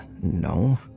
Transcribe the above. no